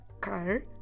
car